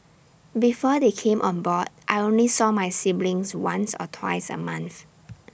before they came on board I only saw my siblings once or twice A month